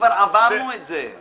כבר עברנו את זה.